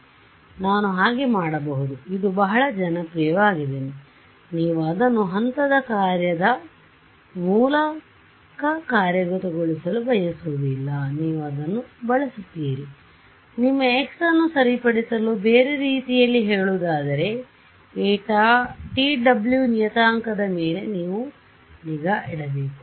ಆದ್ದರಿಂದ ನಾನು ಹಾಗೆ ಮಾಡಬಹುದು ಇದು ಬಹಳ ಜನಪ್ರಿಯವಾಗಿದೆ ನೀವು ಅದನ್ನು ಹಂತದ ಕಾರ್ಯದ ಮೂಲಕ ಕಾರ್ಯಗತಗೊಳಿಸಲು ಬಯಸುವುದಿಲ್ಲ ನೀವು ಅದನ್ನು ಬಳಸುತ್ತೀರಿ ಆದ್ದರಿಂದ ನಿಮ್ಮ x ಅನ್ನು ಸರಿಪಡಿಸಲು ಬೇರೆ ರೀತಿಯಲ್ಲಿ ಹೇಳುವುದಾದರೆ ಈ tw ನಿಯತಾಂಕದ ಮೇಲೆ ನೀವು ನಿಗಾ ಇಡಬೇಕು